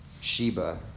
Sheba